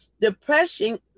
Depression